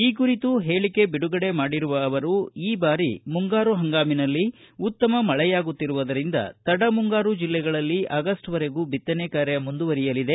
ಈ ಕುರಿತು ಹೇಳಿಕೆ ಬಿಡುಗಡೆ ಮಾಡಿರುವ ಅವರು ಈ ಬಾರಿ ಮುಂಗಾರು ಹಂಗಾಮಿನಲ್ಲಿ ಉತ್ತಮ ಮಳೆಯಾಗುತ್ತಿರುವುದರಿಂದ ತಡ ಮುಂಗಾರು ಜಿಲ್ಲೆಗಳಲ್ಲಿ ಆಗಸ್ಟ್ವರೆಗೂ ಬಿತ್ತನ ಕಾರ್ಯ ಮುಂದುವರೆಯಲಿದೆ